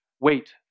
wait